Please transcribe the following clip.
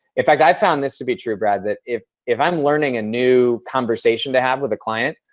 in fact, i found this to be true, brad, that if if i'm learning a new conversation to have with a client,